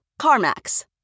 CarMax